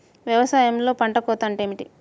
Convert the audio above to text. వ్యవసాయంలో పంట కోత అంటే ఏమిటి?